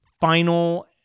final